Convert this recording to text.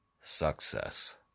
success